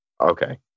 okay